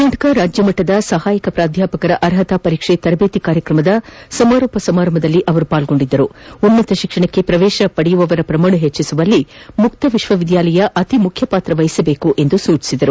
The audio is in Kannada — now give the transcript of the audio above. ಕರ್ನಾಟಕ ರಾಜ್ಯ ಮಟ್ಟದ ಸಹಾಯಕ ಪ್ರಾಧ್ಯಾಪಕರ ಅರ್ಹತಾ ಪರೀಕ್ಷೆ ತರಬೇತಿ ಕಾರ್ಯಕ್ರಮದ ಸಮಾರೋಪ ಸಮಾರಂಭದಲ್ಲಿ ಪಾಲ್ಗೊಂಡ ಅವರು ಉನ್ನತ ಶಿಕ್ಷಣಕ್ಕೆ ಪ್ರವೇಶ ಪಡೆಯುವವರ ಪ್ರಮಾಣ ಹೆಚ್ಚಿಸುವಲ್ಲಿ ಮುಕ್ತ ವಿಶ್ವವಿದ್ಯಾಲಯ ಅತಿ ಮುಖ್ಯವಾದ ಪಾತ್ರವಹಿಸಬೇಕು ಎಂದರು